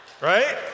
Right